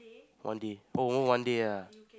one day promo one day ah